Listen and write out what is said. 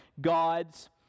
God's